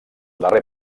darrer